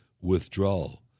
withdrawal